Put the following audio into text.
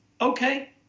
Okay